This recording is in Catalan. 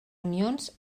unions